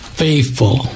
faithful